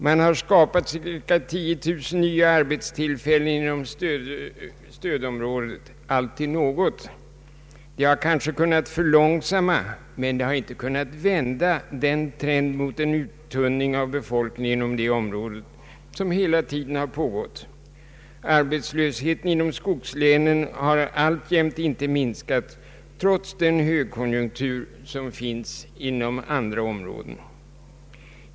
Man har skapat cirka 10 000 nya arbetstillfällen inom stödområdet. Alltid något! Det har kanske kunnat förlångsamma, men det har inte kunnat vända den trend mot en uttunning av befolkningen inom detta område som hela tiden har pågått. Arbetslösheten inom skogslänen har alltjämt inte mins Ang. regionalpolitiken kat trots den högkonjunktur som finns inom andra områden.